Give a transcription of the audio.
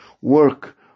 work